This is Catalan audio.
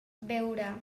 veurà